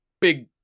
big